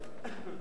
הבית",